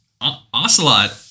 ocelot